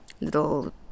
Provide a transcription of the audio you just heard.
little